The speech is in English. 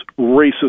racist